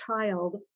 child